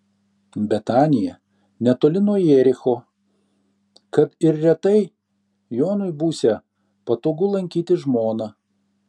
betanija netoli nuo jericho kad ir retai jonui būsią patogu lankyti žmoną